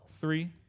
three